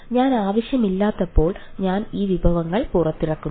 ഞാൻ ആവശ്യമില്ലാത്തപ്പോൾ ഞാൻ ആ വിഭവങ്ങൾ പുറത്തിറക്കുന്നു